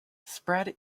spread